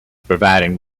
providing